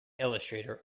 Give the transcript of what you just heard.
illustrator